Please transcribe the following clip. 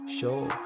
Show